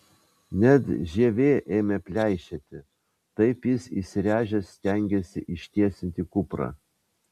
net žievė ėmė pleišėti taip jis įsiręžęs stengėsi ištiesinti kuprą